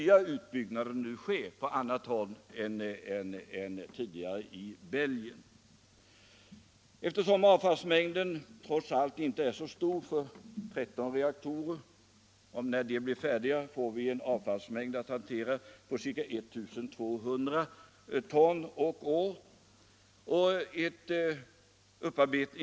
Mängden använt bränsle från 13 reaktorer är trots allt inte så stor. När de blir färdiga, får vi en mängd att hantera på ca 350 ton per år.